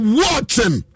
watching